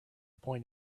point